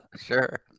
sure